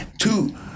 Two